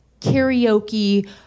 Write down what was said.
karaoke